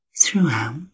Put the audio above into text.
throughout